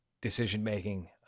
decision-making